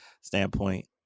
standpoint